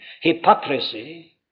Hypocrisy